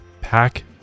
pack